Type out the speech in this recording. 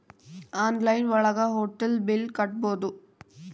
online ಒಳಗ hotel bill ಕಟ್ಬೋದು